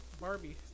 Barbie